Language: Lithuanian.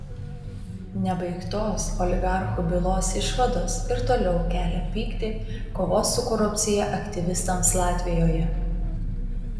nebaigtos oligarchų bylos išvados ir toliau kelia pyktį kovos su korupcija aktyvistams latvijoje